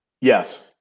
Yes